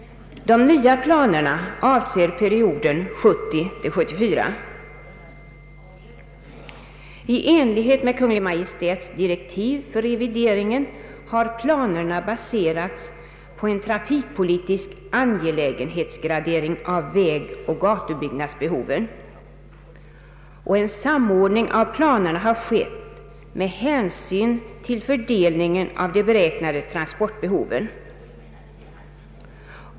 De nya planerna avser perioden 1970—1974. I enlighet med Kungl. Maj:ts direktiv för revideringen har planerna baserats på en trafikpolitisk angelägenhetsgradering av vägoch gatubyggnadsbehoven. En samordning av planerna har skett med hänsyn till fördelningen av de beräknade transportbehoven.